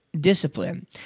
discipline